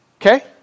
Okay